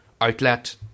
outlet